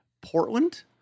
Portland